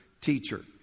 teacher